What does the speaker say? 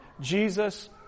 Jesus